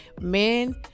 men